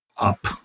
up